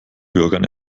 bürgern